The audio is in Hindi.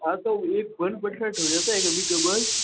हाँ तो वही वन परसेंट हो जाता है कभी कभार